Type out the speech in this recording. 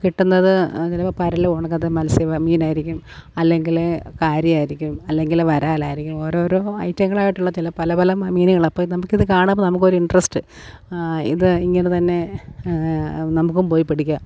കിട്ടുന്നത് ചിലപ്പോൾ പരലോ മൽസ്യ മീനായിരിക്കും അല്ലെങ്കിൽ കാര്യമായിരിക്കും അല്ലെങ്കിൽ വരാലായിരിക്കും ഓരോരോ ഐറ്റങ്ങളായിട്ടുള്ള ചില പല പല മീനുകളാണ് അപ്പോൾ ഇത് നമുക്ക് ഇത് കാണുമ്പോൾ നമുക്കൊരു ഇൻട്രസ്റ്റ് ഇത് ഇങ്ങനെ തന്നെ നമുക്കും പോയി പിടിക്കാം